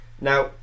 now